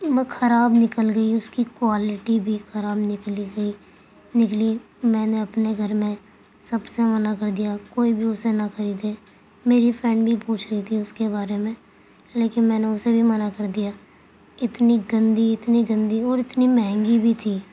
وہ خراب نکل گئی اس کوالٹی بھی خراب نکلی گئی نکلی میں نے اپنے گھر میں سب سے منع کر دیا کوئی بھی اسے نہ خریدے میری فرینڈ بھی پوچھ رہی تھی اس کے بارے میں لیکن میں نے اسے بھی منع کر دیا اتنی گندی اتنی گندی اور اتنی مہنگی بھی تھی